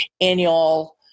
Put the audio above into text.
annual